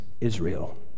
Israel